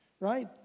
Right